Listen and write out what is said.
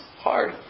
hard